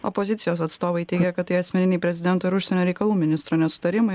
opozicijos atstovai teigia kad tai asmeniniai prezidento ir užsienio reikalų ministro nesutarimai